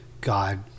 God